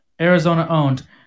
Arizona-owned